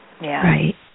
Right